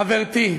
חברתי,